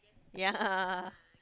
ya